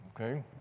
okay